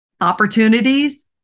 opportunities